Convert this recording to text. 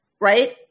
right